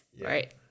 Right